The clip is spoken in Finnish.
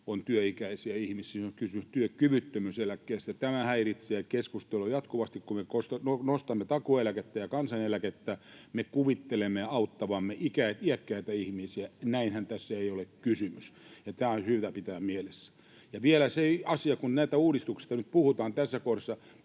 on kysymys työkyvyttömyyseläkkeestä. Tämä häiritsee keskustelua jatkuvasti, ja kun me nostamme takuueläkettä ja kansaneläkettä, me kuvittelemme auttavamme iäkkäitä ihmisiä — näinhän tässä ei ole kysymys. Tämä on syytä pitää mielessä. Vielä se asia, että kun näistä uudistuksista nyt puhutaan tässä kohdassa,